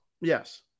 Yes